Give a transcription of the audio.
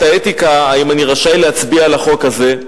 האתיקה אם אני רשאי להצביע על החוק הזה.